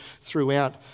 throughout